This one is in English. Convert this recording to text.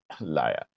liar